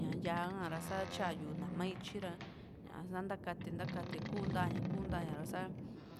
Yaa xiaa ra sachaayu naama ichi ra yaasa takati, takati ku'u ta'a, ku'u ta'aya saara